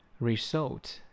Result